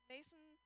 Mason